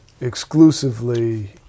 exclusively